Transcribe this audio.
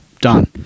Done